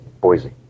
Boise